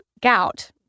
gout